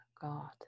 God